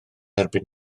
erbyn